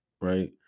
right